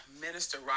minister